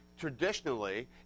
traditionally